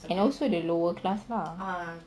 and also the lower class lah